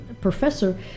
professor